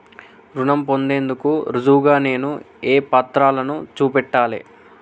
రుణం పొందేందుకు రుజువుగా నేను ఏ పత్రాలను చూపెట్టాలె?